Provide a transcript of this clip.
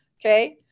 okay